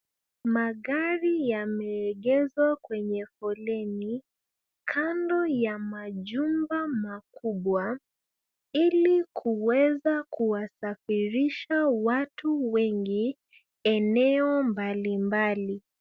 Magari yameegezwa kwenye foleni kando ya majumba makubwa ili kuweza kuwasafirisha watu wengi eneo mbali mbali.